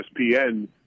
ESPN